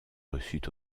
reçut